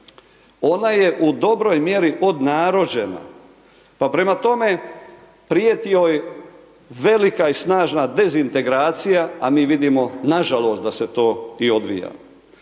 Ona je u dobroj mjeri podnarođena. Pa prema tome, prijeti joj velika i snažna dezintegracija, a mi vidimo, nažalost, da se to i odvija.